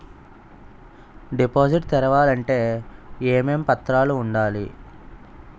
Deposit తెరవాలి అంటే ఏమేం పత్రాలు ఉండాలి?